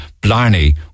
Blarney